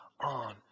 on